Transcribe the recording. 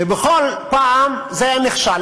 ובכל פעם זה נכשל.